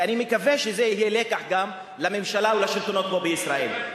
ואני מקווה שזה יהיה לקח גם לממשלה ולשלטונות פה בישראל,